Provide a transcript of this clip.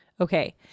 Okay